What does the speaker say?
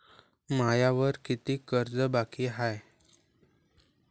मायावर कितीक कर्ज बाकी हाय?